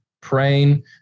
praying